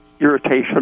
irritation